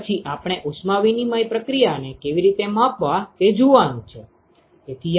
તે પછી આપણે ઉષ્મા વિનીમય પ્રક્રિયાને કેવી રીતે માપવા તે જોવાનું છે